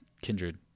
Kindred